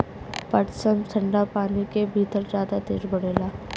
पटसन ठंडा पानी के भितर जादा तेज बढ़ेला